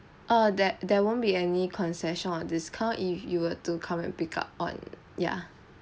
or that there won't be any concession on discount if you were to come and pick up on ya